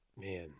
Man